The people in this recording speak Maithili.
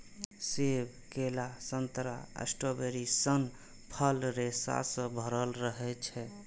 सेब, केला, संतरा, स्ट्रॉबेरी सन फल रेशा सं भरल रहै छै